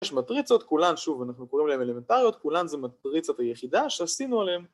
יש מטריצות כולן, שוב אנחנו קוראים להן אלמנטריות, כולן זו מטריצת היחידה שעשינו עליהן